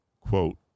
quote